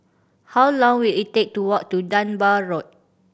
how long will it take to walk to Dunbar Road